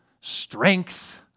strength